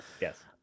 Yes